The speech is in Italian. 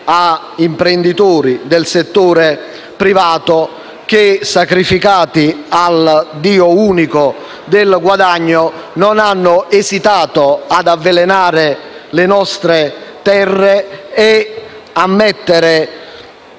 di imprenditori del settore privato che, sacrificati al dio unico del guadagno, non hanno esitato ad avvelenare le nostre terre e a mettere